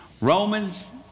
Romans